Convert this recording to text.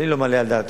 אני לא מעלה על דעתי,